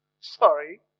sorry